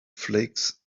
flakes